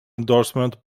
endorsement